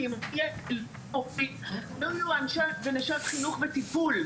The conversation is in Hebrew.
כי אם לא יהיו אנשי ונשות חינוך וטיפול,